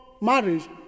marriage